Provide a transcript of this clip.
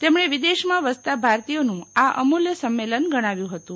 તેમણે વિદેશમાં વસતા ભારતીયોનું આ અમુલ્ય સંમેલન ગણાવ્યું હતું